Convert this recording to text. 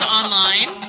online